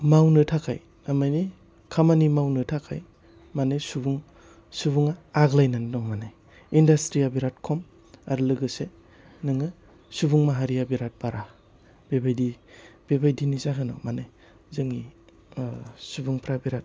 मावनो थाखाय थारमाने खामानि मावनो थाखाय माने सुबुं सुबुङा आग्लायनानै दङ माने इनदास्थ्रिया बिराद खम आर लोगोसे नोङो सुबुं माहारिया बिराद बारा बेबायदि बेबायदिनि जाहोनाव माने जोंनि ओह सुबुंफ्रा बेराद